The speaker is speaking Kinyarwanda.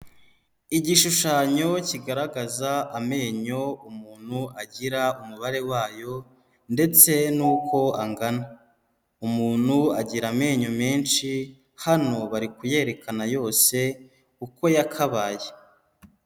Igishushanyo kigaragaza amenyo umuntu agira umubare wayo, ndetse n'uko angana. Umuntu agira amenyo menshi; hano bari kuyerekana yose, uko yakabaye.